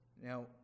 Now